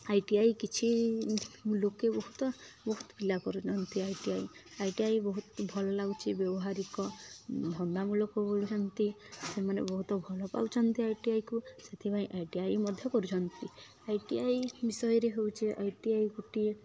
ITI କିଛି ଲୋକେ ବହୁତ ବହୁତ ପିଲା କରୁଛନ୍ତି I T I I T I ବହୁତ ଭଲ ଲାଗୁଛି ବ୍ୟବହାରିକ ଧନ୍ଦାମୂଳକ କହୁଛନ୍ତି ସେମାନେ ବହୁତ ଭଲ ପାଉଛନ୍ତି ଆଇଟିଆଇକୁ ସେଥିପାଇଁ ଆଇ ଟି ଆଇ ମଧ୍ୟ କରୁଛନ୍ତି ଆଇ ଟି ଆଇ ବିଷୟରେ ହେଉଛି ଆଇ ଟି ଆଇ ଗୋଟିଏ